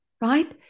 right